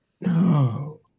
No